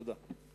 תודה.